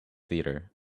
theater